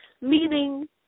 meaning